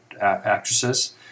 actresses